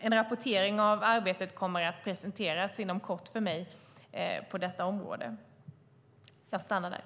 En rapportering av arbetet på detta område kommer inom kort att presenteras för mig.